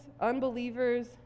unbelievers